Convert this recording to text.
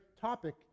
topic